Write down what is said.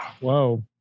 Whoa